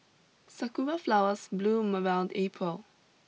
sakura flowers bloom around April